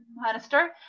Minister